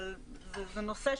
אבל זה נושא,